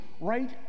right